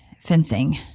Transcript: fencing